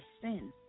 sin